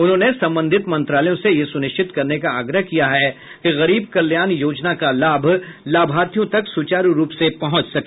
उन्होंने संबंधित मंत्रालयों से यह सुनिश्चित करने का आग्रह किया है कि गरीब कल्याण योजना का लाभ लाभार्थियों तक सुचारूरूप से पहुंच सके